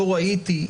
לא ראיתי,